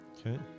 Okay